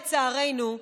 לצערנו,